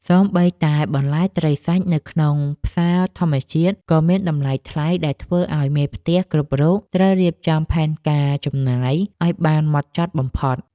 សូម្បីតែបន្លែត្រីសាច់នៅក្នុងផ្សារធម្មតាក៏មានតម្លៃថ្លៃដែលធ្វើឱ្យមេផ្ទះគ្រប់រូបត្រូវរៀបចំផែនការចំណាយឱ្យបានហ្មត់ចត់បំផុត។